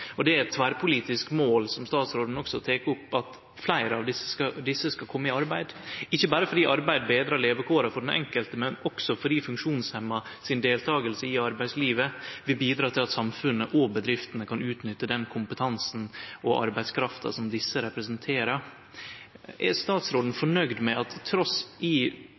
Det er eit tverrpolitisk mål, som statsråden også tek opp, at fleire av desse skal kome i arbeid, ikkje berre fordi arbeid betrar levekåra for den enkelte, men også fordi funksjonshemma si deltaking i arbeidslivet vil bidra til at samfunnet og bedriftene kan utnytte den kompetansen og arbeidskrafta som desse representerer. Er statsråden fornøgd med at trass i